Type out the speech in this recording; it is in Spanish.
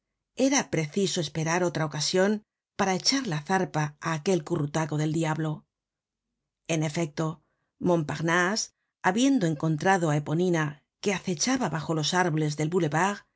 era preciso esperar otra ocasion para echar la zarpa á aquel currutaco del diablo en efecto montparnase habiendo encontrado á eponina que acechaba bajo los árboles del